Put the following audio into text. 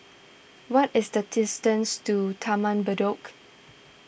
what is the distance to Taman Bedok